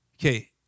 okay